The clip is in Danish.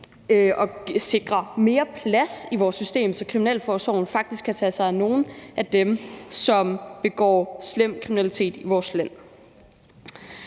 og sikre mere plads i systemet, så kriminalforsorgen faktisk kan tage sig af nogle af dem, som begår slem kriminalitet i vores land.